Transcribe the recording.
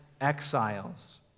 exiles